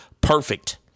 perfect